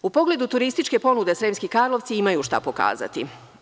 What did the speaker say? U pogledu turističke ponude, Sremski Karlovci imaju šta pokazati.